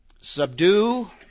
Subdue